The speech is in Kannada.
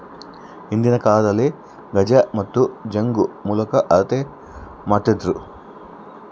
ಹಿಂದಿನ ಕಾಲದಲ್ಲಿ ಗಜ ಮತ್ತು ಜಂಗು ಮೂಲಕ ಅಳತೆ ಮಾಡ್ತಿದ್ದರು